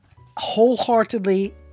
wholeheartedly